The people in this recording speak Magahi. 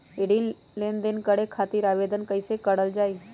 ऋण लेनदेन करे खातीर आवेदन कइसे करल जाई?